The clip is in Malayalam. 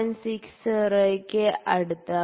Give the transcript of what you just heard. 60 ന് അടുത്താകും